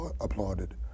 applauded